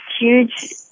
huge